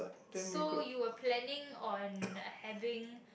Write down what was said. so you'll planning on having